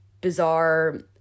bizarre